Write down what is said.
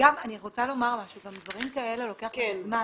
אני רוצה לומר, דברים כאלה לוקח להם זמן.